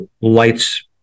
lights